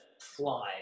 fly